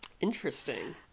Interesting